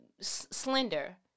slender